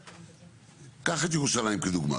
קח את ירושלים כדוגמה.